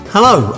Hello